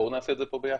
בואו נעשה את זה פה ביחד.